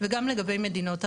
וגם לגבי מדינות אחרות.